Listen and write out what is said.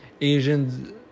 Asians